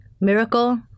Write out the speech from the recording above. miracle